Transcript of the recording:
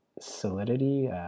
solidity